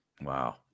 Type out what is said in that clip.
Wow